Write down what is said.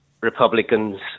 Republicans